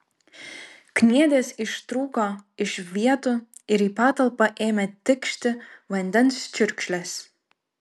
kniedės ištrūko iš vietų ir į patalpą ėmė tikšti vandens čiurkšlės